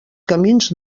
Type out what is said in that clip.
camins